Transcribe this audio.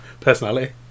personality